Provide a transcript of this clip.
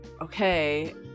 okay